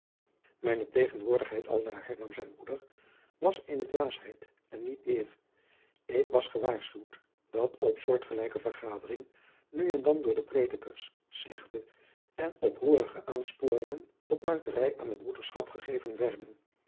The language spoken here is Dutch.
mijne tegenwoordigheid aldaar hernam zijn broeder was eene dwaasheid en niet meer ik was gewaarschuwd dat op soortgelijke vergaderingen nu en dan door de predikers slechte en oproerige aanspooringen tot muiterij aan de broederschap gegeven werden